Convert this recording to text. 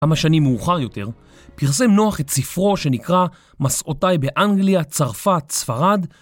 כמה שנים מאוחר יותר פרסם נוח את ספרו שנקרא מסעותיי באנגליה צרפת ספרד